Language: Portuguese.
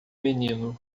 menino